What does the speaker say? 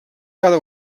cada